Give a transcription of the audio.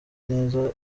neza